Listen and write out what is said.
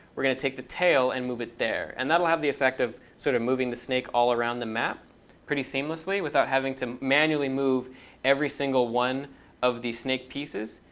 we're going to take the tail and move it there. and that'll have the effect of sort of moving the snake all around the map pretty seamlessly without having to manually move every single one of these snake pieces.